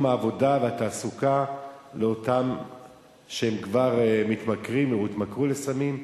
העבודה והתעסוקה לאלה שכבר התמכרו לסמים.